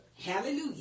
Hallelujah